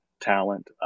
talent